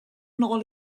nôl